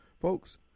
folks